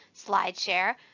SlideShare